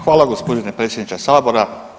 Hvala gospodine predsjedniče sabora.